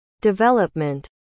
development